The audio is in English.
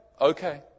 okay